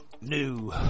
new